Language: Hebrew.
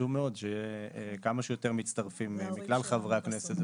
מאוד שיהיו כמה שיותר מצטרפים מכלל חברי הכנסת,